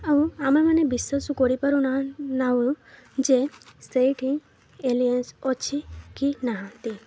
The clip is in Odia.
ଆଉ ଆମେମାନେ ବିଶ୍ୱାସ କରିପାରୁନା ନାହୁଁ ଯେ ସେଇଠି ଏଲିଏନ୍ସ ଅଛି କି ନାହାନ୍ତି